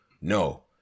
no